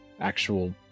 actual